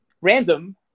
Random